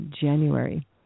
January